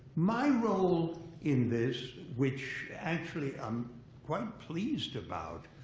my role in this, which actually, i'm quite pleased about,